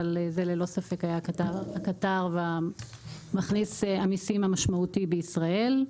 אבל זה ללא ספק היה הקטר ומכניס המסים המשמעותי בישראל.